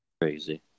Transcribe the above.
crazy